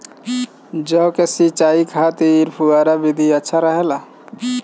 जौ के सिंचाई खातिर फव्वारा विधि अच्छा रहेला?